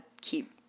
keep